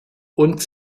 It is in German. und